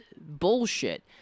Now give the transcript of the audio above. bullshit—